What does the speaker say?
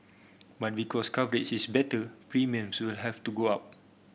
but because coverage is better premiums will have to go up